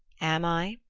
am i?